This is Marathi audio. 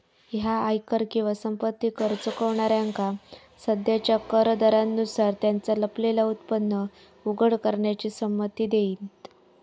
ह्या आयकर किंवा संपत्ती कर चुकवणाऱ्यांका सध्याच्या कर दरांनुसार त्यांचा लपलेला उत्पन्न उघड करण्याची संमती देईत